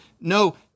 No